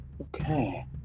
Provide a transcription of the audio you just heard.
Okay